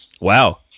Wow